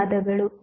ಧನ್ಯವಾದಗಳು